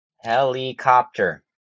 helicopter